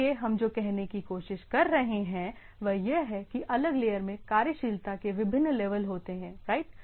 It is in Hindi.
इसलिए हम जो कहने की कोशिश कर रहे हैं वह यह है कि अलग लेयर में कार्यशीलता के विभिन्न लेवल होते हैं राइट